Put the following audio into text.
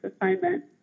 assignment